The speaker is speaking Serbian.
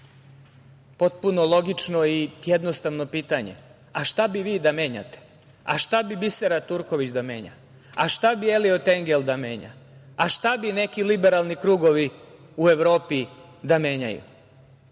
potpuno logično i jednostavno pitanje - A šta bi vi da menjate, šta bi Bisera Turković da menja? Šta bi Eliot Engel da menja? Šta bi neki liberalni krugovi u Evropi da menjaju? Da